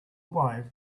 wave